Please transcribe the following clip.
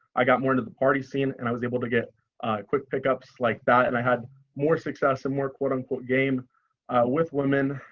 i got more into the party scene and i was able to get quick pickups like that, and i had more success and more quote unquote, game with women.